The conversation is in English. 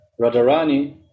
radharani